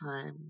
time